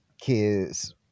kids